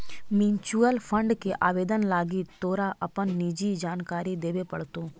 mutual fund के आवेदन लागी तोरा अपन निजी जानकारी देबे पड़तो